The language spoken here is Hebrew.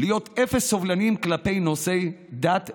להיות אפס סובלניים כלפי נושאי דת והלכה,